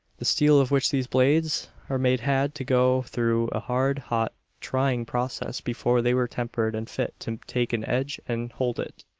the steel of which these blades are made had to go through a hard, hot, trying process before they were tempered and fit to take an edge and hold it.